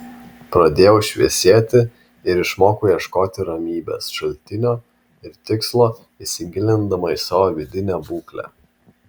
pradėjau šviesėti ir išmokau ieškoti ramybės šaltinio ir tikslo įsigilindama į savo vidinę būklę